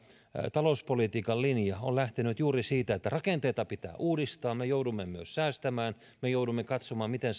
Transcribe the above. talouspolitiikan linja on lähtenyt juuri siitä että rakenteita pitää uudistaa me joudumme myös säästämään ja me joudumme katsomaan miten